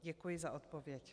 Děkuji za odpověď.